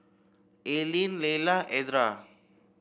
Aylin Layla Edra